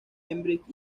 cambridge